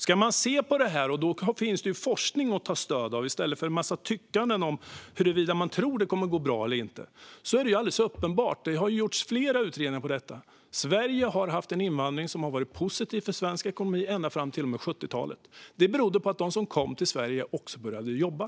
Det finns forskning att ta stöd av när man ser på detta, i stället för en massa tyckande om huruvida det kommer att gå bra eller inte. Det har gjorts flera utredningar om detta, och det är alldeles uppenbart: Sverige har haft en invandring som har varit positiv för svensk ekonomi ända fram till och med 70-talet. Det berodde på att de som kom till Sverige också började jobba.